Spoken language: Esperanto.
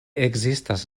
ekzistas